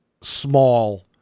small